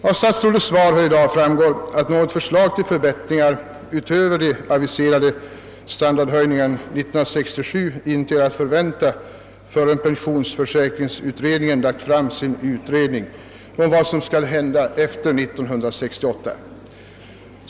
Av statsrådets nu lämnade svar framgår att något förslag till förbättringar utöver den aviserade standardhöjningen 1967 inte är att vänta förrän pensionsförsäkringskommittén lagt fram sitt förslag om vad som skall hända efter 1968.